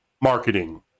marketing